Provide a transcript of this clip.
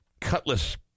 cutlass